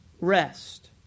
rest